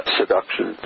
seduction